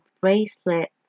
bracelet